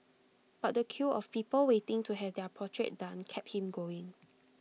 but the queue of people waiting to have their portrait done kept him going